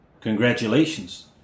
Congratulations